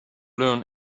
learn